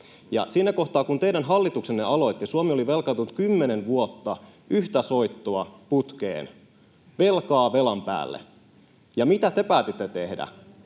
ja siinä kohtaa, kun teidän hallituksenne aloitti, Suomi oli velkaantunut kymmenen vuotta yhtä soittoa, putkeen, velkaa velan päälle. Ja mitä te päätitte tehdä?